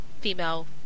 female